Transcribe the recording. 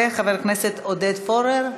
וחבר הכנסת עודד פורר,